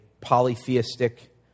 polytheistic